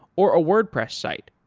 or a wordpress site,